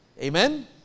Amen